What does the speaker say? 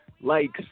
likes